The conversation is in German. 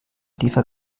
tiefer